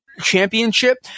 championship